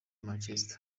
manchester